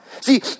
See